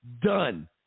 Done